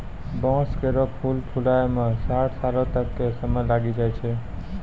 बांस केरो फूल फुलाय म साठ सालो तक क समय लागी जाय छै